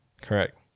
Correct